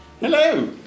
hello